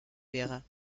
wäre